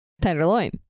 Tenderloin